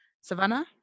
savannah